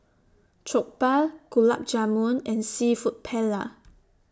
Jokbal Gulab Jamun and Seafood Paella